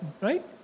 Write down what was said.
right